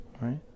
right